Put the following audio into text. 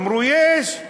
אמרו: יש.